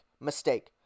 mistake